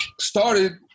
started